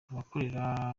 abakorera